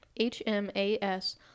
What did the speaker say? HMAS